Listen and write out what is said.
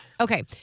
Okay